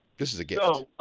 this is a gift.